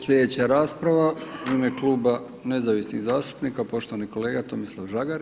Sljedeća rasprava u ime Kluba nezavisnih zastupnika poštovani kolega Tomislav Žagar.